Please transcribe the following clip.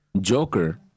Joker